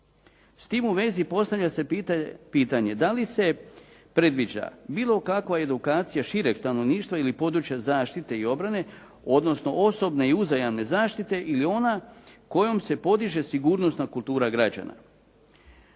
S time u svezi postavlja se pitanje da li se predviđa bilo kakva edukacija šireg stanovništva ili područja zaštite ili obrane, odnosno osobne i uzajamne zaštite ili ona kojom se podiže sigurnosna kultura građana.